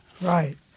Right